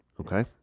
Okay